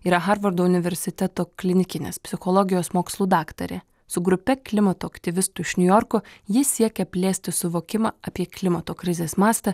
yra harvardo universiteto klinikinės psichologijos mokslų daktarė su grupe klimato aktyvistų iš niujorko ji siekia plėsti suvokimą apie klimato krizės mastą